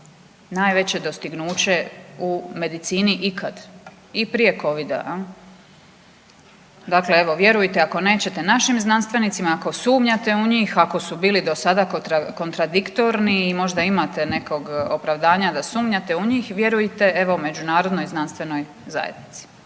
najveće dostignuće u medicini kad i prije Covid-a jel'. Dakle, evo vjerujte ako nećete našim znanstvenicima ako sumnjate u njih, ako su bili do sada kontradiktorni i možda imate nekog opravdanja da sumnjate u njih, vjerujte evo međunarodnoj znanstvenoj zajednici.